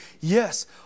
Yes